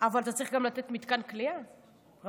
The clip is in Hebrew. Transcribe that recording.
אבל אתה צריך גם לתת מתקן כליאה ראוי.